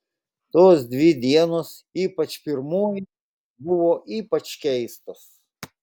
tos dvi dienos ypač pirmoji buvo ypač keistos